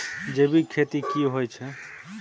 जैविक खेती की होए छै?